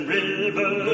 River